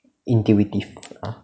intuitive